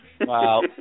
Wow